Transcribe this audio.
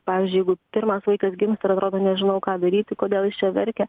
pavyzdžiui jeigu pirmas vaikas gimsta ir atrodo nežinau ką daryti kodėl jis čia verkia